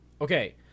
Okay